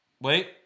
wait